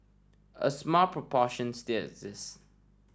a small proportion still exists